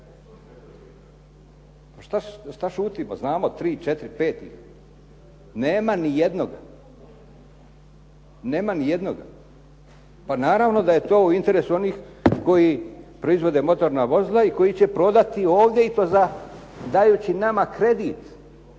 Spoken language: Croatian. pet ih. Nema nijednog. Nema nijednoga. Pa naravno da je to u interesu onih koji proizvode motorna vozila i koji će prodati ovdje i to dajući nama kredit